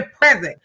present